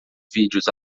vídeos